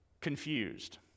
confused